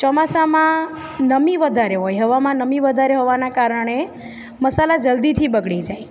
ચોમાસામાં નમી વધારે હોય હવામાં નમી વધારે હોવાના કારણે મસાલા જલદીથી બગડી જાય